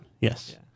Yes